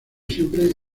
siempre